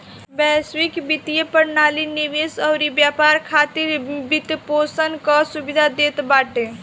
वैश्विक वित्तीय प्रणाली निवेश अउरी व्यापार खातिर वित्तपोषण कअ सुविधा देत बाटे